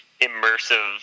immersive